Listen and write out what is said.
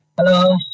Hello